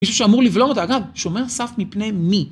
מישהו שאמור לבלום אותה, אגב, שומר סף מפני מי.